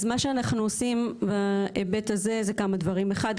אז מה שאנחנו עושים בהיבט הזה זה כמה דברים: אחד,